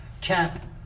cap